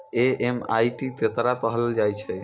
MMID केकरा कहलो जाय छै